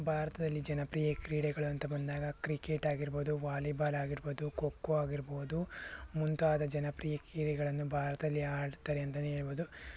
ಭಾರತದಲ್ಲಿ ಜನಪ್ರಿಯ ಕ್ರೀಡೆಗಳು ಅಂತ ಬಂದಾಗ ಕ್ರಿಕೆಟ್ ಆಗಿರ್ಬೋದು ವಾಲಿಬಾಲ್ ಆಗಿರ್ಬೋದು ಖೋಖೋ ಆಗಿರ್ಬೋದು ಮುಂತಾದ ಜನಪ್ರಿಯ ಕ್ರೀಡೆಗಳನ್ನು ಭಾರತದಲ್ಲಿ ಆಡುತ್ತಾರೆ ಅಂತಲೇ ಹೇಳ್ಬಹುದು